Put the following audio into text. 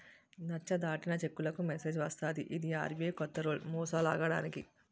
నచ్చ దాటిన చెక్కులకు మెసేజ్ వస్తది ఇది ఆర్.బి.ఐ కొత్త రూల్ మోసాలాగడానికి